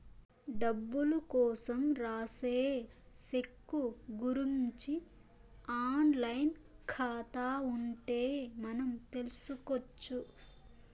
డబ్బులు కోసం రాసే సెక్కు గురుంచి ఆన్ లైన్ ఖాతా ఉంటే మనం తెల్సుకొచ్చు